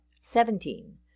Seventeen